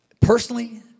Personally